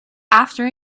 after